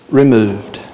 removed